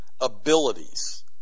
abilities